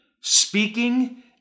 speaking